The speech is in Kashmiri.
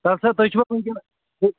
تَلسَا تُہۍ چھِوٕ وٕنکیٚن